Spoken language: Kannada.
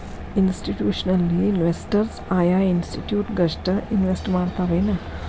ಇನ್ಸ್ಟಿಟ್ಯೂಷ್ನಲಿನ್ವೆಸ್ಟರ್ಸ್ ಆಯಾ ಇನ್ಸ್ಟಿಟ್ಯೂಟ್ ಗಷ್ಟ ಇನ್ವೆಸ್ಟ್ ಮಾಡ್ತಾವೆನ್?